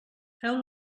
feu